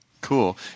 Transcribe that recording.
Cool